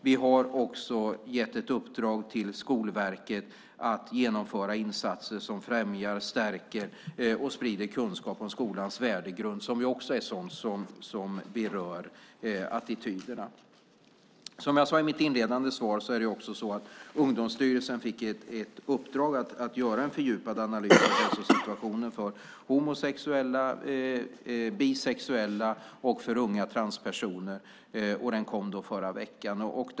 Vi har också gett ett uppdrag till Skolverket att genomföra insatser som främjar, stärker och sprider kunskap om skolans värdegrund, som också är sådant som berör attityderna. Som jag sade i mitt inledande svar fick Ungdomsstyrelsen i uppdrag att göra en fördjupad analys av situationen för homosexuella, bisexuella och unga transpersoner. Den kom förra veckan.